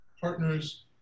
partners